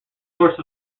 source